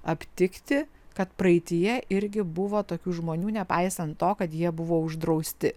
aptikti kad praeityje irgi buvo tokių žmonių nepaisant to kad jie buvo uždrausti